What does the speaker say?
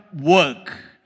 work